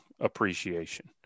appreciation